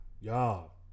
y'all